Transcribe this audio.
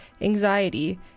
anxiety